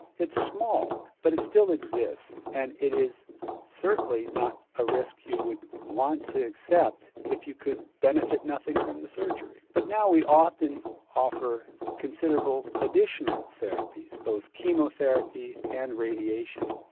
it's small but it still exists and it is certainly not a risk you would want to accept if you could benefit nothing from the surgery. but now we often offer considerable additional therapies, both chemotherapy and radiation.